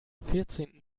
vierzehnten